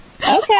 Okay